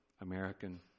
American